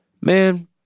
Man